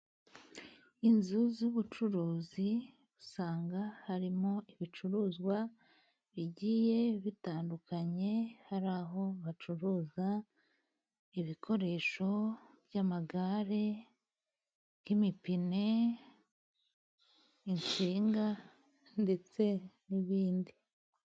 Inzu z’ubucuruzi usanga harimo ibicuruzwa bigiye bitandukanye, hari aho bacuruza ibikoresho by’amagare nk’imipine, insinga, ndetse n’ibindi.